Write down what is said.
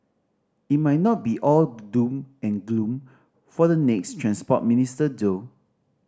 it might not be all doom and gloom for the next Transport Minister though